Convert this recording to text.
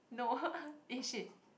Noah eh shit